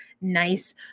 nice